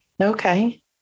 okay